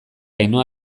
ainhoa